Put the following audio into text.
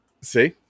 See